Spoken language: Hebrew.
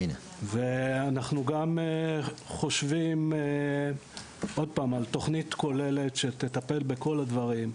ואנחנו גם חושבים עוד פעם על תוכנית כוללת שתטפל בהכל הדברים,